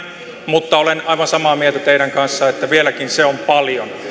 mutta olen aivan samaa mieltä teidän kanssanne että vieläkin se on paljon